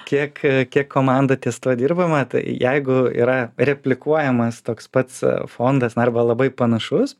kiek kiek komanda ties tuo dirbama tai jeigu yra replikuojamas toks pats fondas na arba labai panašus